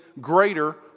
greater